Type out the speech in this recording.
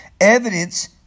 Evidence